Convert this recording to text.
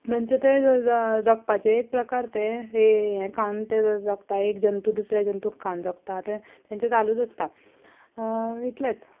तेंचे तें जगपाचें एक प्रकार ते हें खावन एक जगता जंतू तो दुसऱ्या जंतूक खावन जगता तें तेंचें चालूच आसता इतलेंच